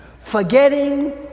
forgetting